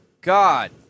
God